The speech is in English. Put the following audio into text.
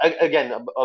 again